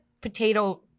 potato